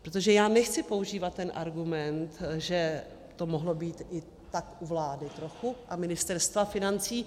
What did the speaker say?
Protože já nechci používat ten argument, že to mohlo být i tak u vlády trochu a Ministerstva financí.